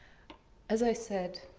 as i said,